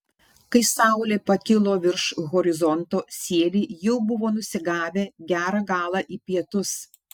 kai saulė pakilo virš horizonto sieliai jau buvo nusigavę gerą galą į pietus